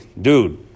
dude